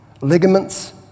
ligaments